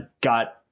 got